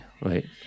Right